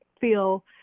feel